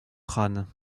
crâne